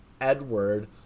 Edward